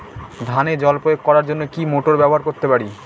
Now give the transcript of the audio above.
ধানে জল প্রয়োগ করার জন্য কি মোটর ব্যবহার করতে পারি?